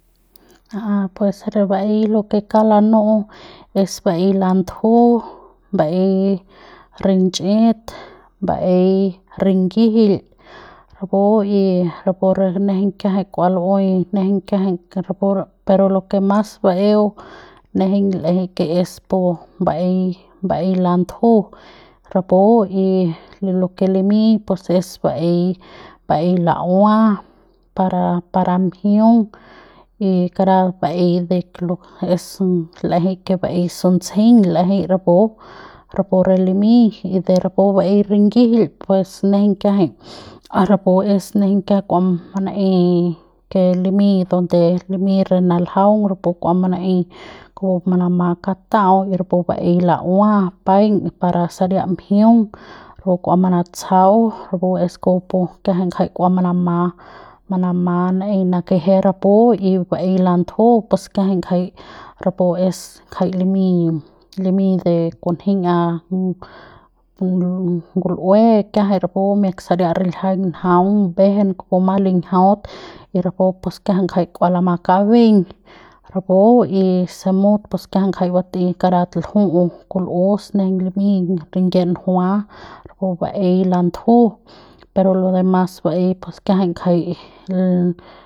A pues re baei lo ke kauk lanu'u es baei landju baei rinch'it baei ringijil rapu y rapu re nejeiñ kiajai kua lu'ui nejeiñ kiajai ke rapu pero lo ke mas baeo nejeiñ l'ejei ke ke es pu baei baei landju rapu y y lo ke limiñ pues es baei baei la'uan para para mjiung y kara baei de lo ke l'ejei ke baei suntsjeiñ l'ejei rapu rapu re limiñ y de rapu baei ringijil pues nejeiñ kiajai a rapu es nejeiñ kiajai kua manaei ke limiñ donde limiñ re naljaung rapu kua manaei kupu pu kua manama kata'au rapu baei la'uan paiñ para saria mjiung o kua manatsjau rapu pu kupu kiajai kua manama manama naeiñ nakeje rapu y baei landju pus kiajai ngjai rapu es jai limiñ limiñ de kunji a pu ngul'ue kiajai miak rapu saria riljiaiñ njaung mbejen kupu ma linjiaut y rapu pus kiajai kua lama kabeiñ y rapu y simut pus kiajai ngjai bat'ei karat lju'u kul'us nejeiñ limiñ ringie njua rapu baei landuju pero lo de mas baei pus kiajai ngjai.